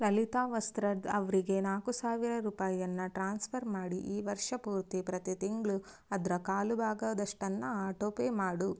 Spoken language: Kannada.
ಲಲಿತಾ ವಸ್ತ್ರದ ಅವರಿಗೆ ನಾಲ್ಕು ಸಾವಿರ ರೂಪಾಯಿಯನ್ನ ಟ್ರಾನ್ಸ್ಫರ್ ಮಾಡಿ ಈ ವರ್ಷ ಪೂರ್ತಿ ಪ್ರತಿ ತಿಂಗಳು ಅದರ ಕಾಲು ಭಾಗದಷ್ಟನ್ನು ಆಟೋ ಪೇ ಮಾಡು